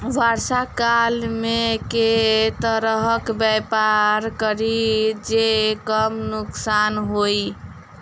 वर्षा काल मे केँ तरहक व्यापार करि जे कम नुकसान होइ?